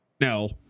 No